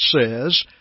says